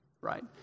right